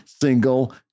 single